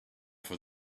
for